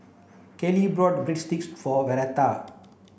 Callie bought Breadsticks for Vernita